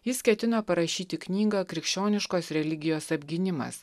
jis ketino parašyti knygą krikščioniškos religijos apgynimas